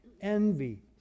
envy